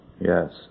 Yes